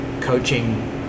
coaching